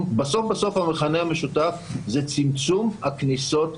את הווקטור הזה או לפחות להשתמש באמצעים